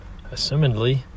Assumedly